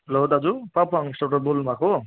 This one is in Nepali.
हेलो दाजु बाट बोल्नुभएको हो